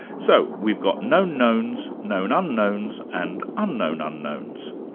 so we've got known knowns, known unknowns, and unknown unknowns.